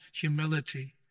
humility